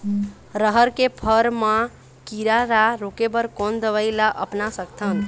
रहर के फर मा किरा रा रोके बर कोन दवई ला अपना सकथन?